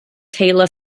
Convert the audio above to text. taylor